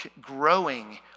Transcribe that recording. growing